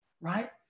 right